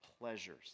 pleasures